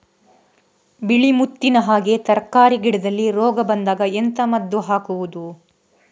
ಬಿಳಿ ಮುತ್ತಿನ ಹಾಗೆ ತರ್ಕಾರಿ ಗಿಡದಲ್ಲಿ ರೋಗ ಬಂದಾಗ ಎಂತ ಮದ್ದು ಹಾಕುವುದು?